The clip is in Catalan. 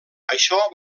això